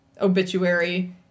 obituary